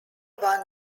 won